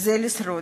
זה לשרוד.